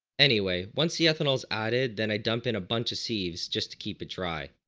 anyway once the ethanol is added then i dumped in a bunch of sieves just to keep it dry.